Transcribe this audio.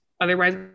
otherwise